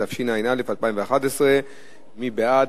התשע"א 2011. מי בעד?